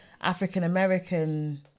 African-American